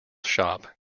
shop